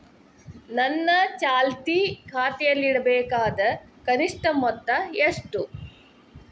ನನ್ನ ಚಾಲ್ತಿ ಖಾತೆಯಲ್ಲಿಡಬೇಕಾದ ಕನಿಷ್ಟ ಮೊತ್ತ ಎಷ್ಟು?